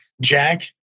Jack